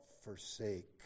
forsake